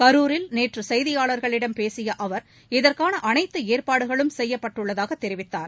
கரூரில் நேற்றசெய்தியாளர்களிடம் பேசியஅவர் இதற்கானஅனைத்துஏற்பாடுகளும் செய்யப்பட்டுள்ளதாகத் தெரிவித்தார்